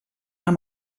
amb